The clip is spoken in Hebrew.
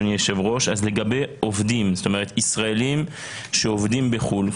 לגבי ישראלים שעובדים בחו"ל,